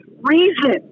reason